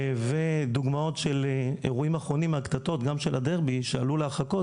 ודוגמאות של אירועים אחרונים מהקטטות גם של הדרבי שעלו להרחקות,